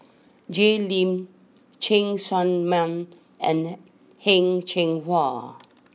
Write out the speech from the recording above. Jay Lim Cheng Tsang Man and Heng Cheng Hwa